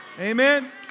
Amen